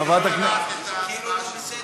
חברת, הייתה פה בעיה.